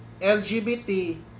LGBT